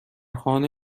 خانه